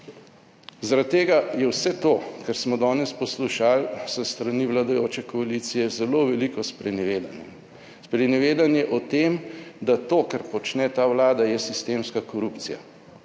Zaradi tega je vse to, kar smo danes poslušali s strani vladajoče koalicije, zelo veliko sprenevedanje. Sprenevedanje o tem, da to, kar počne ta Vlada, je sistemska korupcija.